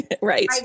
Right